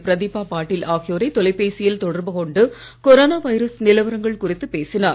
பிரதீபா பாடீல் ஆகியோரை தொலைபேசியில் தொடர்பு கொண்டு கொரோனா வைரஸ் நிலவரங்கள் குறித்து பேசினார்